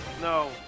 no